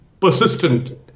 persistent